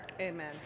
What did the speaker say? Amen